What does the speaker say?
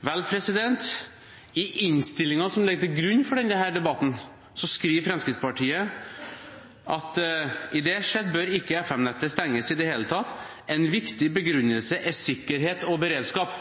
Vel, i innstillingen som ligger til grunn for denne debatten, skriver Fremskrittspartiet: «Ideelt sett bør ikke FM-nettet stenges i det hele tatt. En viktig begrunnelse er sikkerhet og beredskap.»